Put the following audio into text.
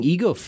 Ego